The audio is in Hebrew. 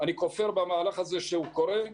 אני כופר במהלך הזה שהוא קורה.